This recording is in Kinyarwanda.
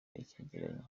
icyegeranyo